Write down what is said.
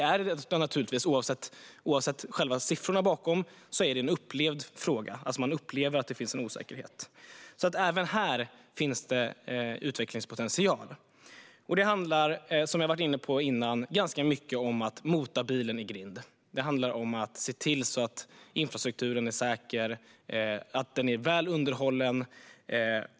Man upplever att det finns en osäkerhet oavsett siffrorna bakom. Även här finns det utvecklingspotential. Som jag varit inne på handlar det väldigt mycket om att mota bilen i grind. Det handlar om att se till att infrastrukturen är säker och väl underhållen.